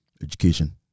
education